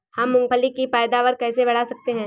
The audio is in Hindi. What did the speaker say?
हम मूंगफली की पैदावार कैसे बढ़ा सकते हैं?